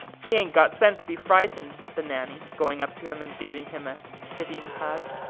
he ain't got sense to be frightened, said nanny, going up to him and giving him a pitying hug.